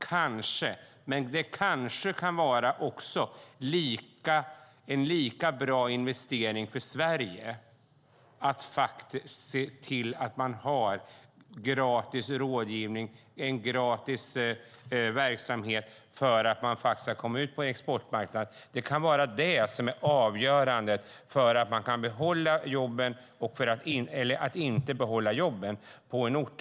Kanske, men det kanske kan vara en lika bra investering för Sverige att se till att det finns gratis rådgivning, en gratis verksamhet för att hjälpa företag att komma ut på exportmarknader. Det kan vara avgörande för om man kan behålla eller inte behålla jobben på en ort.